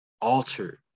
altered